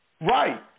Right